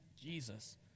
Jesus